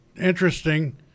Interesting